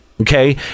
okay